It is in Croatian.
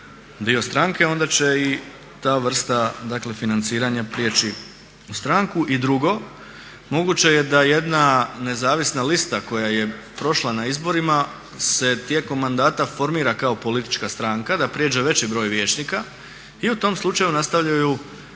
dio stranke onda će i ta vrsta dakle financiranja priječi u stranku. I drugo, moguće je da jedna nezavisna lista koja je prošla na izborima se tijekom mandata formira kao politička stranka, da prijeđe veći broj vijećnika i u tom slučaju nastavljaju